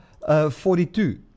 42